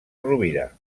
rovira